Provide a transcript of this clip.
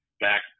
Back